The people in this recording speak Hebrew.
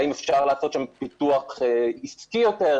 האם אפשר לעשות שם פיתוח עסקי יותר.